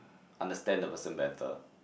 understand the person better